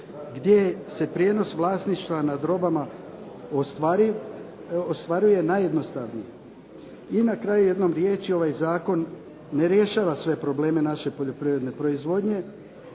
gdje se prijenos vlasništva nad robama ostvaruje najjednostavnije. I na kraju jednom riječju ovaj zakon ne rješava sve probleme naše poljoprivredne proizvodnje